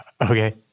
Okay